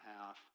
half